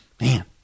Man